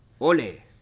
Ole